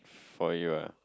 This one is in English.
for you ah